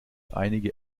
einige